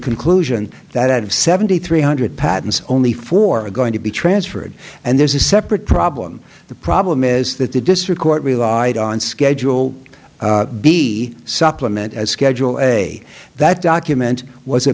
conclusion that out of seventy three hundred patents only four are going to be transferred and there's a separate problem the problem is that the district court relied on schedule b supplement as schedule a that document was